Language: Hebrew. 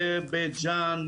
לבית ג'אן,